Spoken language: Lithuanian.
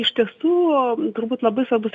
iš tiesų turbūt labai svarbus